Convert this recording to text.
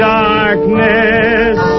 darkness